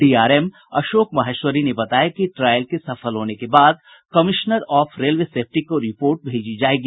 DRM Ashok Maheshwari ने बताया कि ट्रायल के सफल होने के बाद कमिश्नर ऑफ रेलवे सेफ्टी को रिपोर्ट भेजी जायेगी